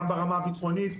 גם לדרג הביטחוני,